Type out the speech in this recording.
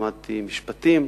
למדתי משפטים,